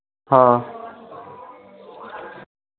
हाँ